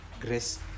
grace